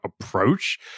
approach